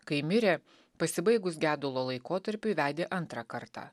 kai mirė pasibaigus gedulo laikotarpiui vedė antrą kartą